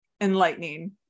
enlightening